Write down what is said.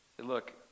Look